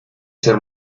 ser